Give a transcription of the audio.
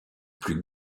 plus